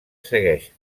segueix